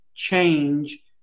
change